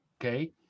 okay